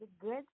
good